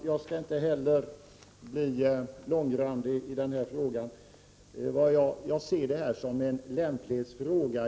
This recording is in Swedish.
Herr talman! Inte heller jag skall bli långrandig i denna fråga. Jag ser detta som en lämplighetsfråga.